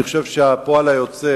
אני חושב שהפועל היוצא